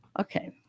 Okay